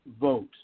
vote